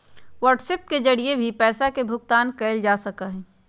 WhatsApp के जरिए भी पैसा के भुगतान कइल जा सका हई